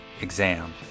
exam